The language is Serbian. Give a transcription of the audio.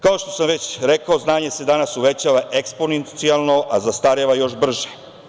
Kao što sam već rekao, znanje se danas uvećava eksponencijalno, a zastareva još brže.